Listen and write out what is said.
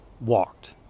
walked